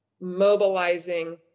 mobilizing